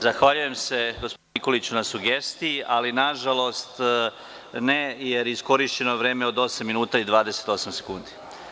Zahvaljujem se gospodine Nikoliću na sugestiji, ali nažalost ne, jer iskorišćeno vreme od osam minuta i 28 sekundi.